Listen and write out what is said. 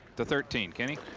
to thirteen kenny.